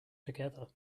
together